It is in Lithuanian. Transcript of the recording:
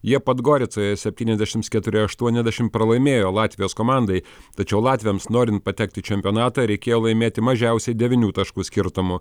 jie podgoricoje septyniasdešimts keturi aštuoniasdešimt pralaimėjo latvijos komandai tačiau latviams norint patekti į čempionatą reikėjo laimėti mažiausiai devynių taškų skirtumu